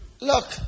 Look